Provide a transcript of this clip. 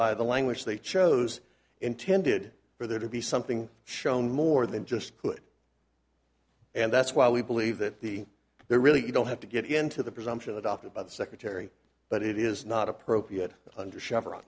by the language they chose intended for there to be something shown more than just could and that's why we believe that the there really you don't have to get into the presumption adopted by the secretary but it is not appropriate under